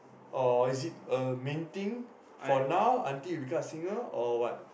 or is it a main thing for now until you become a singer or what